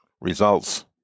results